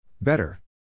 Better